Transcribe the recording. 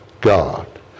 God